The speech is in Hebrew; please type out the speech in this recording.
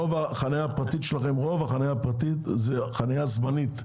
רוב החניה הפרטית שלכם היא חניה זמנית,